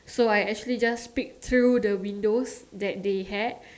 so I actually just peek through the windows that they had